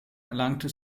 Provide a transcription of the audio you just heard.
erlangte